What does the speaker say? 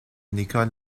nicole